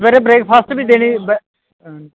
sir breakfast बी देनी